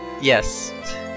Yes